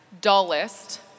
dullest